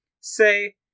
Say